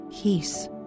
peace